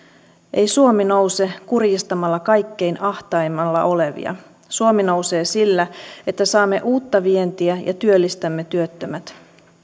ei suomi nouse kurjistamalla kaikkein ahtaimmalla olevia suomi nousee sillä että saamme uutta vientiä ja työllistämme työttömät